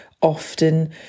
Often